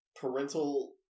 Parental